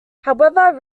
however